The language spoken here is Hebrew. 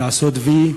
לעשות "וי",